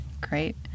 Great